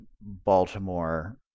Baltimore